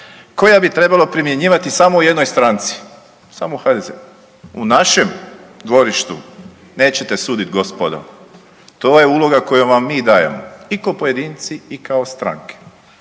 koja bi trebalo primjenjivati samo u jednoj stranci, samo u HDZ-u. U našem dvorištu nećete sudit gospodo. To je uloga koju vam mi dajemo i kao pojedinci i kao stranke